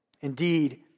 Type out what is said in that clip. Indeed